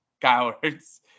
cowards